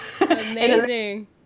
Amazing